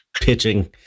pitching